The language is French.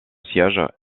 siège